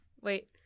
Wait